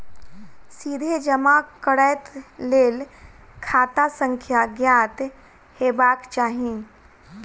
सीधे जमा करैक लेल खाता संख्या ज्ञात हेबाक चाही